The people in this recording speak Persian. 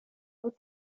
بود